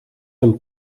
een